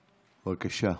בבקשה.